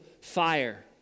fire